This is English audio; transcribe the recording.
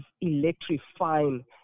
electrifying